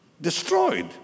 destroyed